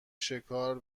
شکار